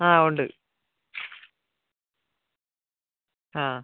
ആ ഉണ്ട് ആ